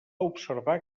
observar